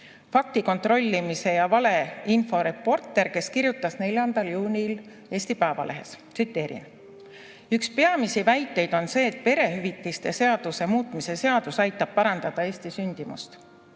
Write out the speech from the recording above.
fakti kontrollimise ja valeinfo reporter, kes kirjutas 4. juunil Eesti Päevalehes (tsiteerin): "Üks peamisi väiteid on see, et perehüvitiste seaduse muutmise seadus aitab parandada Eesti sündimust.